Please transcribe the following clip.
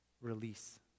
release